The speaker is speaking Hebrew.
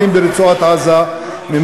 אבל